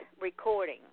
recording